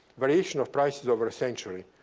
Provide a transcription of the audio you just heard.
variation of prices over a century.